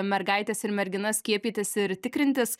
mergaites ir merginas skiepytis ir tikrintis